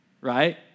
right